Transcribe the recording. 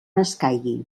escaigui